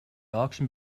auction